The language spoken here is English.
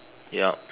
yup